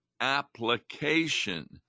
application